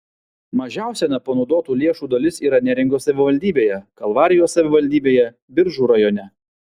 mažiausia nepanaudotų lėšų dalis yra neringos savivaldybėje kalvarijos savivaldybėje biržų rajone